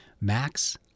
Max